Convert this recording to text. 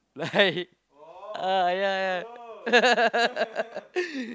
like ah yeah yeah